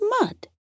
mud